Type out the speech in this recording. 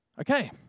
Okay